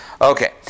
Okay